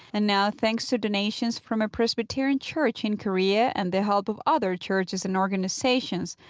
and now, thanks to donations from a presbyterian church in korea, and the help of other churches and organizations,